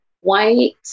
white